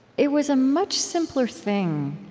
it was a much simpler thing,